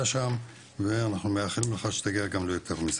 שם ואנחנו מאחלים לך שתגיע גם ליותר מזה.